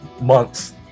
months